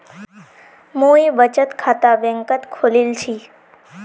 मुई बचत खाता बैंक़त खोलील छि